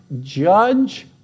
judge